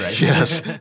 yes